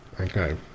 Okay